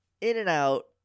in-and-out